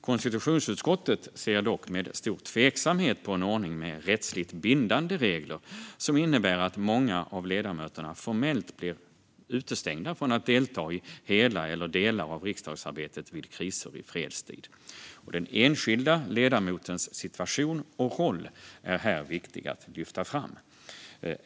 Konstitutionsutskottet ser dock med stor tveksamhet på en ordning med rättsligt bindande regler som innebär att många av ledamöterna formellt blir utestängda från att delta i hela eller delar av riksdagsarbetet vid kriser i fredstid. Den enskilda ledamotens situation och roll är här viktig att lyfta fram.